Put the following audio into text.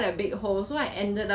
you are actually she got say